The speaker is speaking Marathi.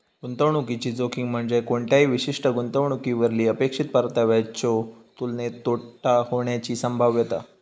गुंतवणुकीची जोखीम म्हणजे कोणत्याही विशिष्ट गुंतवणुकीवरली अपेक्षित परताव्याच्यो तुलनेत तोटा होण्याची संभाव्यता